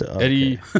Eddie